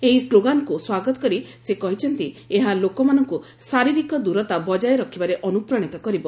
ଏହି ସ୍ଲୋଗାନ୍କୁ ସ୍ୱାଗତ କରି ସେ କହିଛନ୍ତି ଏହା ଲୋକମାନଙ୍କୁ ଶାରୀରିକ ଦୂରତା ବଜା ରଖିବାରେ ଅନୁପ୍ରାଣିତ କରିବ